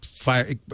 fire